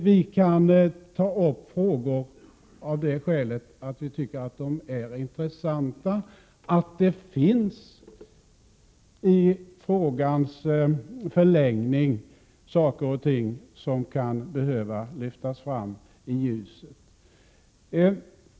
Vi kan ta upp frågor av det skälet att vi tycker att de är intressanta, att det finns i frågans förlängning saker och ting som kan behöva lyftas fram i ljuset.